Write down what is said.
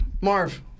Marv